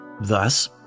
Thus